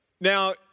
Now